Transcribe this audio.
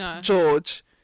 George